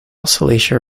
cilicia